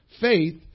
Faith